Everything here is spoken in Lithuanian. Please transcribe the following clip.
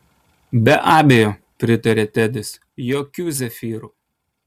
be abejo pritarė tedis jokių zefyrų